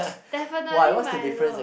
definitely Milo